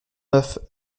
neuf